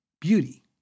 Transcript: beauty